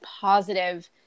positive